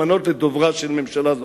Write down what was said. למנות לדוברה של ממשלה זו.